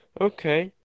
Okay